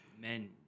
men